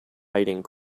hiding